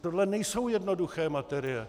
Tohle nejsou jednoduché materie.